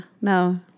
no